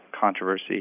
controversy